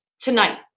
tonight